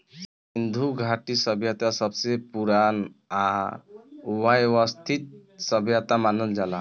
सिन्धु घाटी सभ्यता सबसे पुरान आ वयवस्थित सभ्यता मानल जाला